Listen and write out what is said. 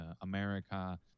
America